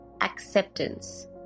acceptance